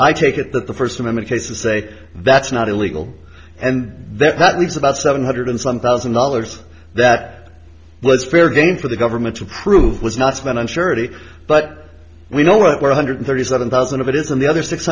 i take it that the first amendment cases say that's not illegal and that that leaves about seven hundred and some thousand dollars that was fair game for the government to prove was not spent on surety but we know what one hundred thirty seven thousand of it is and the other six